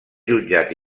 jutjat